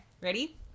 Ready